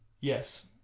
Yes